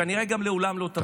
כנראה גם לעולם לא תביני את זה.